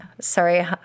sorry